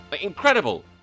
incredible